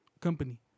Company